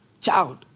child